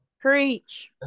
Preach